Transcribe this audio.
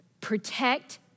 Protect